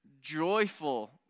joyful